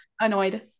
annoyed